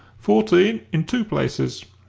fourteen in two places.